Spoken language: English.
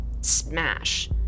smash